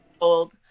old